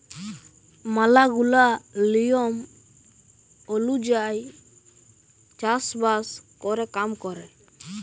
ম্যালা গুলা লিয়ম ওলুজায়ই চাষ বাস ক্যরে কাম ক্যরে